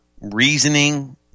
reasoning